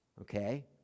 Okay